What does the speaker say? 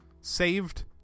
saved